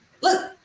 look –